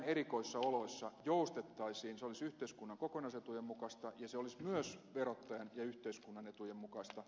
se olisi yhteiskunnan kokonaisetujen mukaista ja se olisi myös verottajan ja yhteiskunnan etujen mukaista